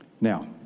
Now